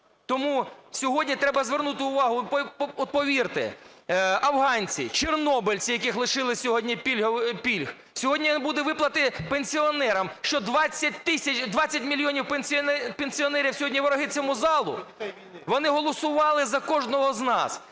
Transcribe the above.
Тому сьогодні треба звернути увагу… От, повірте, афганці, чорнобильці, яких лишили сьогодні пільг, сьогодні не буде виплати пенсіонерам, що, 20 мільйонів пенсіонерів сьогодні вороги цьому залу? Вони голосували за кожного з нас